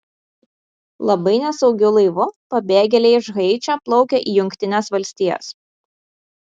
labai nesaugiu laivu pabėgėliai iš haičio plaukia į jungtines valstijas